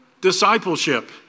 discipleship